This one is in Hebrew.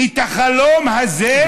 את החלום הזה,